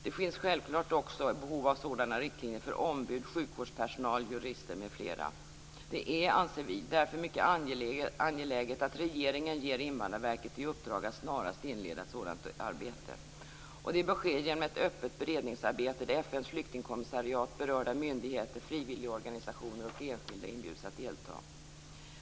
Det finns självklart också behov av sådana riktlinjer för ombud, sjukvårdspersonal, jurister m.fl. Det är därför, anser vi, mycket angeläget att regeringen ger Invandrarverket i uppdrag att snarast inleda ett sådant arbete. Det bör ske genom ett öppet beredningsarbete där FN:s flyktingkommissariat, berörda myndigheter, frivilligorganisationer och enskilda inbjuds att delta.